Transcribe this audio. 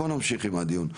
בוא נמשיך עם הדיון.